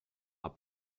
are